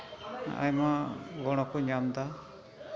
ᱟᱭᱢᱟ ᱜᱚᱲᱚ ᱠᱚ ᱧᱟᱢᱫᱟ